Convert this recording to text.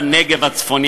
בנגב הצפוני,